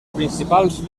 principals